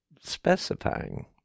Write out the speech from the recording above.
specifying